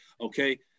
okay